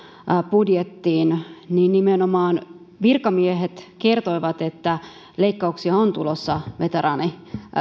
budjettiin niin nimenomaan virkamiehet kertoivat että leikkauksia on tulossa veteraanien